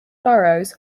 burrows